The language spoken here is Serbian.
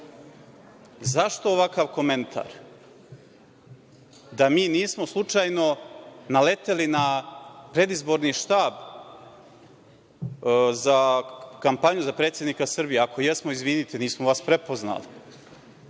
Zašto ovakav komentar? Da mi nismo slučajno naleteli na predizborni stav, za kampanju za predsednika Srbije, ako jesmo izvinite, nismo vas prepoznali.